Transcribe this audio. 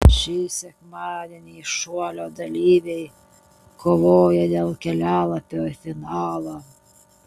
šį sekmadienį šuolio dalyviai kovoja dėl kelialapio į finalą